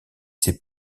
ses